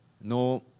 no